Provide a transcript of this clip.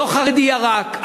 לא חרדי ירק,